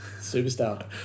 Superstar